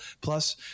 Plus